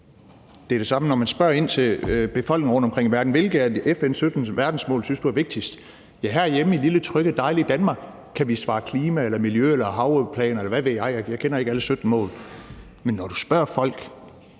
Det er det samme, når man spørger befolkninger rundtomkring i verden: Hvilke af FN's 17 verdensmål synes du er vigtigst? Herhjemme i lille trygge, dejlige Danmark kan vi svare klima eller miljø eller havplaner, eller hvad ved jeg, jeg kender ikke alle 17 mål. Men når du spørger folk